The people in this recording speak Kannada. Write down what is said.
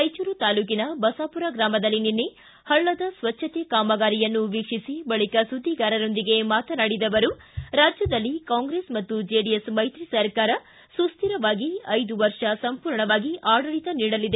ರಾಯಚೂರು ತಾಲ್ಲೂಕಿನ ಬಸಾಪುರ ಗ್ರಾಮದಲ್ಲಿ ನಿನ್ನೆ ಪಳ್ಳದ ಸ್ವಜ್ಞತೆ ಕಾಮಗಾರಿಯನ್ನು ವೀಕ್ಷಿಸಿ ಬಳಿಕ ಸುದ್ದಿಗಾರರೊಂದಿಗೆ ಮಾತನಾಡಿದ ಅವರು ರಾಜ್ಯದಲ್ಲಿ ಕಾಂಗ್ರೆಸ್ ಪಾಗೂ ಜೆಡಿಎಸ್ ಮೈತ್ರಿ ಸರ್ಕಾರ ಸುಸ್ತಿರವಾಗಿ ಐದು ವರ್ಷ ಸಂಪೂರ್ಣವಾಗಿ ಆಡಳಿತ ನೀಡಲಿದೆ